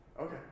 Okay